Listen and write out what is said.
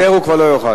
לקצר הוא כבר לא יוכל.